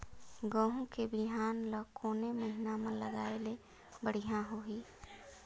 गहूं के बिहान ल कोने महीना म लगाय ले बढ़िया होही?